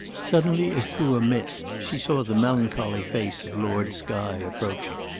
suddenly, as through a mist, she saw the melancholy face of lord skye approaching.